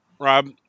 Rob